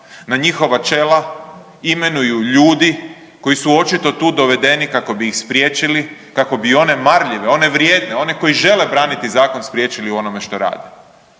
na njihova čela imenuju ljudi koji su očito tu dovedeni kako bi ih spriječili, kako bi one marljive, one vrijedne, one koji žele braniti zakon spriječili u onome što rade